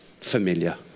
familiar